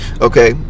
Okay